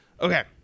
Okay